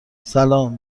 سلام